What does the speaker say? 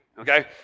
okay